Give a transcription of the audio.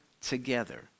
together